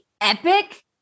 epic